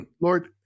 Lord